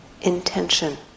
intention